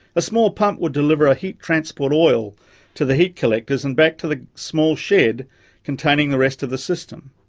a small pump would deliver a heat transport oil to the heat collectors and back to a small shed containing the rest of the system.